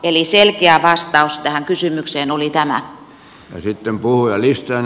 eli selkeä vastaus tähän kysymykseen oli tämä